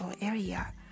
area